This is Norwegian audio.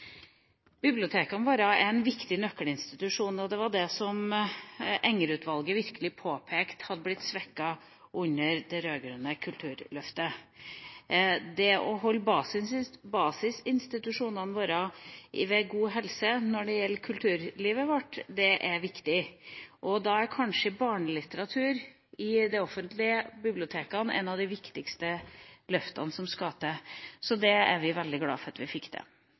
Bibliotekene våre er viktige nøkkelinstitusjoner, og det var det Enger-utvalget virkelig påpekte hadde blitt svekket under det rød-grønne Kulturløftet. Det å holde basisinstitusjonene våre «ved god helse» når det gjelder kulturlivet vårt, er viktig, og da er kanskje barnelitteratur i de offentlige bibliotekene et av de viktigste løftene som skal til. Så det er vi veldig glad for at vi fikk